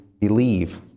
believe